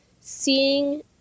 seeing